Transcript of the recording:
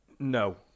No